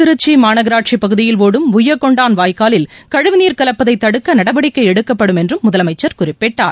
திருச்சி மாநகராட்சி பகுதியில் ஒடும் உய்யக்கொண்டான் வாய்க்காலில் கழிவுநீர் கலப்பதை தடுக்க நடவடிக்கை எடுக்கப்படும் என்றும் முதலமைச்சர் குறிப்பிட்டார்